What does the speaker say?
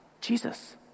Jesus